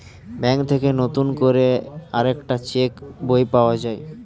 bank থেকে নতুন করে আরেকটা চেক বই পাওয়া যায়